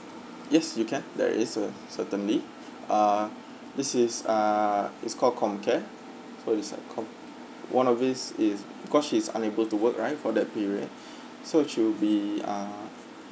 yes you can there is uh certainly ah this is ah it's called comcare so it's like COM~ one of this is because she's unable to work right for that period so she'll be ah